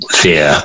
fear